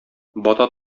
бата